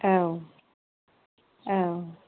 औ औ